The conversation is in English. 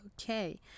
Okay